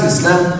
Islam